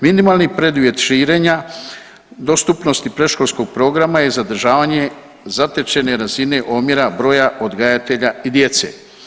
Minimalni preduvjet širenja dostupnosti predškolskog programa je zadržavanje zatečene razine omjera broja odgajatelja i djece.